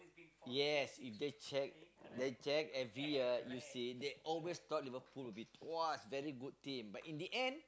yes if they check they check every year you see they always thought Liverpool would be !wow! very good team but in the end